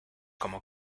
como